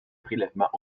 prélèvement